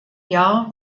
jahr